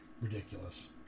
Ridiculous